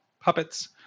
puppets